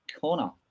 corner